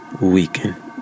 weaken